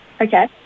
Okay